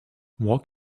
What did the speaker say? walk